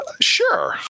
sure